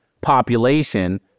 population